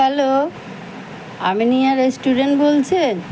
hello Aminia restaurant বলছেন